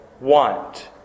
want